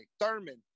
Thurman